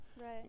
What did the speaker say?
Right